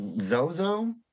Zozo